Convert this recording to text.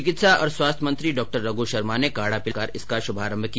चिकित्सा और स्वास्थ्य मंत्री डॉ रघ् शर्मा ने काढ़ा पिलाकर इसका शुभारम्भ किया